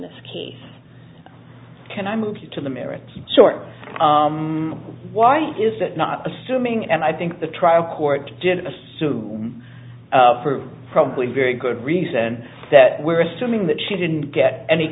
this case can i move to the merits sort of why is that not assuming and i think the trial court did assume for probably very good reason that we're assuming that she didn't get any